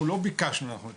אנחנו לא ביקשנו את